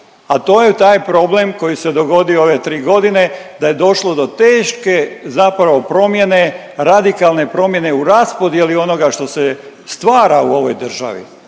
a to je taj problem koji se dogodio ove tri godine da je došlo do teške zapravo promjene radikalne promjene u raspodjeli onoga što se stvara u ovoj državi.